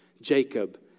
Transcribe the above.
Jacob